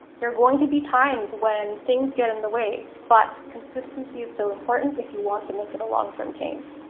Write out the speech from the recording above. there going to be times when things get in the way, but consistency is still important if you want to make it a long term change.